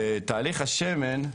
בתהליך השמן,